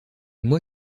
moi